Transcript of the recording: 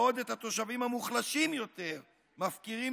בעוד את התושבים המוחלשים יותר מפקירים